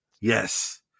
yes